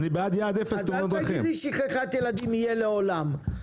אל תגיד לי ששכחת ילדים באוטו תהיה לעולם.